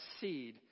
seed